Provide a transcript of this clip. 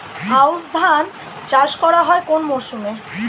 আউশ ধান চাষ করা হয় কোন মরশুমে?